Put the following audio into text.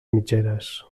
mitgeres